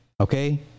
Okay